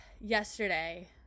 Yesterday